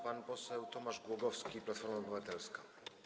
Pan poseł Tomasz Głogowski, Platforma Obywatelska.